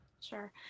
sure